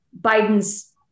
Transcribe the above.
Biden's